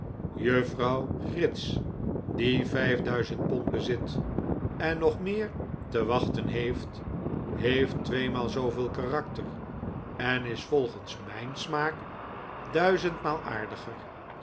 juffrouw grits die vijf duizend pond bezit en nog meei te wachten heeft heeft tweemaal zooveel karakter en is volgens mijn smaak duizend inaal aardiger